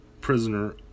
prisoner